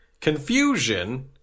Confusion